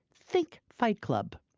think fight club.